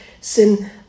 sin